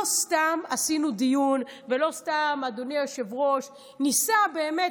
לא סתם עשינו דיון ולא סתם אדוני היושב-ראש ניסה באמת,